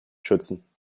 schützen